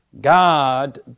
God